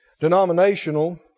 denominational